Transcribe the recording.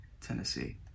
Tennessee